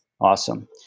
Awesome